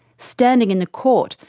standing in the court,